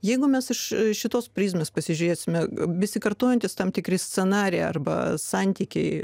jeigu mes iš šitos prizmės pasižiūrėsime besikartojantys tam tikri scenarijai arba santykiai